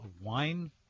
wine